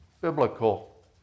biblical